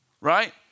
Right